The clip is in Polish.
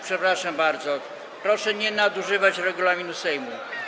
Przepraszam bardzo, proszę nie nadużywać regulaminu Sejmu.